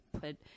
put